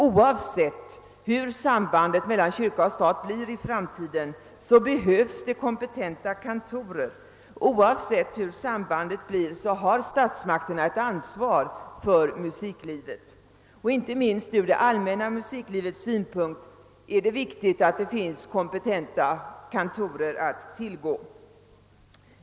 Oavsett hur sambandet mellan kyrka och stat utformas i framtiden behövs kompetenta kantorer, och oavsett hur sambandet blir har statsmakterna ansvar för musiklivet. Inte minst från det allmänna musiklivets synpunkt är det viktigt att det finns kompetenta kantorer.